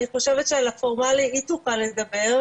אני חושבת שעל הפורמלי היא תוכל לדבר,